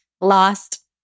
lost